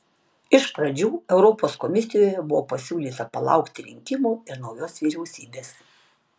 iš pradžių europos komisijoje buvo pasiūlyta palaukti rinkimų ir naujos vyriausybės